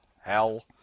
Hell